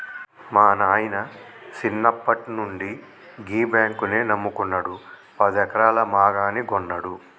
మా నాయిన సిన్నప్పట్నుండి గీ బాంకునే నమ్ముకున్నడు, పదెకరాల మాగాని గొన్నడు